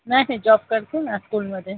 नाही जॉब करते ना स्कूलमध्ये